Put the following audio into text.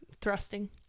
Thrusting